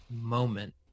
moment